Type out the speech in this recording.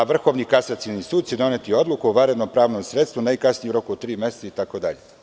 Vrhovni kasacioni sud će doneti odluku o vanrednom pravnom sredstvu najkasnije od tri meseca“, itd.